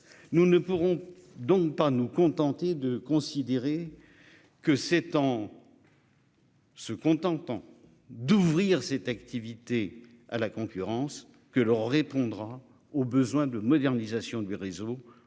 Nous ne pourrons donc pas nous contenter de considérer. Que 7 ans. Se contentant d'ouvrir cette activité à la concurrence que leur répondra aux besoins de modernisation du réseau